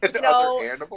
No